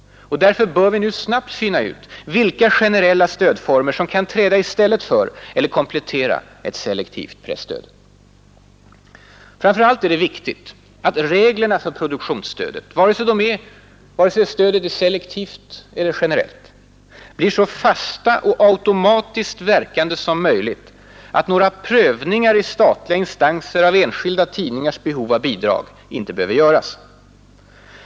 Därför bör vi nu snabbt finna ut vilka generella stödformer som kan träda i stället för eller komplettera ett selektivt presstöd. Framför allt är det viktigt att reglerna för produktionsstödet — vare sig det är selektivt eller generellt — blir så fasta och automatiskt verkande som möjligt, så att några prövningar i statliga instanser av enskilda tidningars behov av bidrag inte behöver göras.